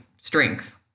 strength